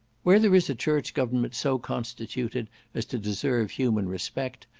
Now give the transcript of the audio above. where there is a church-government so constituted as to deserve human respect,